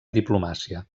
diplomàcia